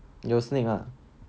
你有 snake 吗